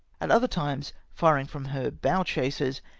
at other times firing from her bow chasers,